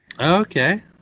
Okay